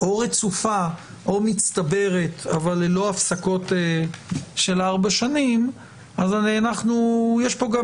או רצופה או מצטברת אבל ללא הפסקות של ארבע שנים אז יש פה גם